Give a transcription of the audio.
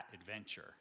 adventure